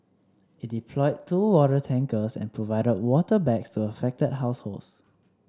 it deployed two water tankers and provided water bags to affected households